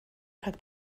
rhag